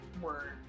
word